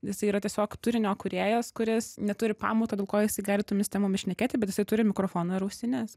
jisai yra tiesiog turinio kūrėjas kuris neturi pamato dėl ko jisai gali tomis temomis šnekėti bet jisai turi mikrofoną ir ausines